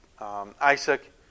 Isaac